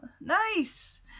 nice